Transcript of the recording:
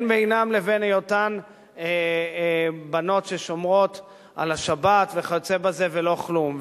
ואין בינן לבין היותן בנות ששומרות על השבת וכיוצא בזה ולא כלום.